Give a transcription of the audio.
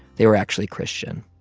they were actually christian.